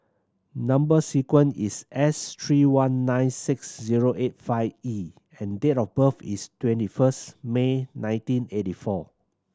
number sequence is S three one nine six zero eight five E and date of birth is twenty first May nineteen eighty four